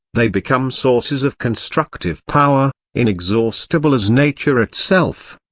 they become sources of constructive power, inexhaustible as nature itself.